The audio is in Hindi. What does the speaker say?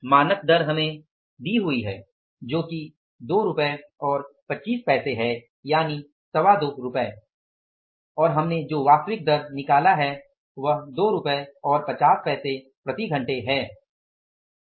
मानक दर हमें दी हुई है जो कि 2 रुपये और 25 पैसे है और हमने जो वास्तविक दर निकाला है वह 2 रुपये और 50 पैसे प्रति घंटे है सही है